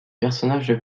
personnages